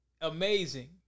Amazing